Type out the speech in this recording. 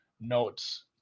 notes